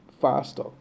faster